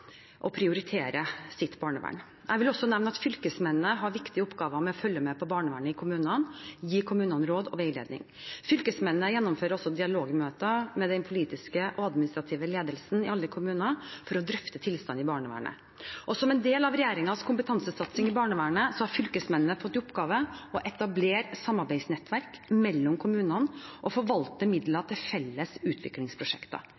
sitt barnevern. Jeg vil også nevne at fylkesmennene har viktige oppgaver med å følge med på barnevernet i kommunene og gi kommunene råd og veiledning. Fylkesmennene gjennomfører også dialogmøter med den politiske og administrative ledelsen i alle kommuner for å drøfte tilstanden i barnevernet. Som en del av regjeringens kompetansesatsing i barnevernet har fylkesmennene fått i oppgave å etablere samarbeidsnettverk mellom kommunene og forvalte